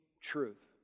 truth